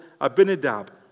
Abinadab